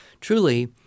truly